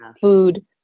food